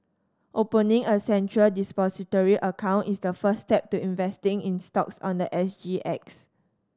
opening a Central Depository account is the first step to investing in stocks on the S G X